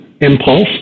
impulse